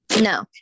no